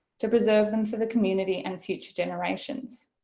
to preserve them for the community and future generations.